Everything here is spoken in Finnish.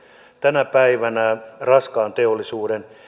tänä päivänä raskaan teollisuuden